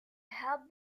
have